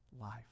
life